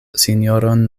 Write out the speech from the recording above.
sinjoron